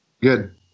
good